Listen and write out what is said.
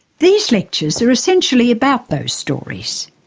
these lectures are essentially about those stories